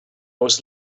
was